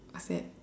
attacked